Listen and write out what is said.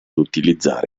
utilizzare